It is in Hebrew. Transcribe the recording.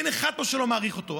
אין אחד פה שלא מעריך אותו,